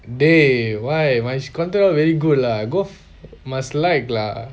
eh why when she contact all very good lah golf must like lah